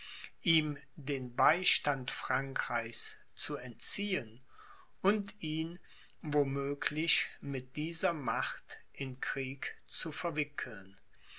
ihm den beistand frankreichs zu entziehen und ihn wo möglich mit dieser macht in krieg zu verwickeln